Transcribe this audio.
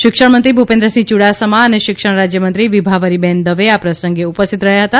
શિક્ષણમંત્રી ભૂપેન્દ્રસિંહ યૂડાસમા અને શિક્ષણ રાજ્યમંત્રી વિભાવરીબહેન દવે આ પ્રસંગે ઉપસ્થિત રહ્યા હતા